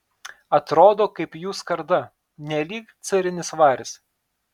atrodo kaip jų skarda nelyg carinis varis